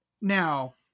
Now